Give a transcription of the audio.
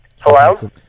Hello